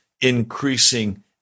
increasing